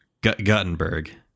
Gutenberg